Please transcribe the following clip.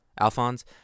Alphonse